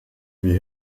wie